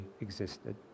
existed